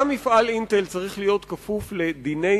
גם מפעל "אינטל" צריך להיות כפוף לדיני